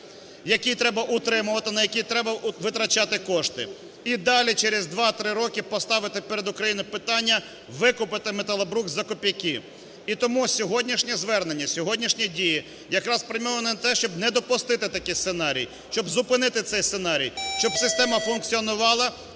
який треба утримувати, на який треба витрачати кошти. І далі через 2-3 роки поставити перед Україною питання викопати металобрухт за копійки. І тому сьогоднішнє звернення, сьогоднішні дії якраз спрямовані на те, щоб не допустити такий сценарій, щоб зупинити цей сценарій, щоб система функціонували,